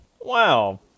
Wow